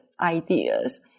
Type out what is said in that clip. ideas